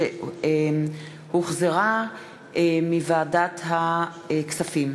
שהחזירה ועדת הכספים.